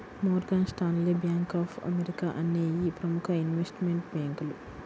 Morgan Stanley, bank of America అనేయ్యి ప్రముఖ investment బ్యేంకులు